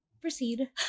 proceed